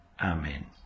Amen